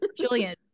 Jillian